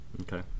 okay